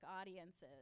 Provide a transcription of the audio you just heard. audiences